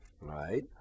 right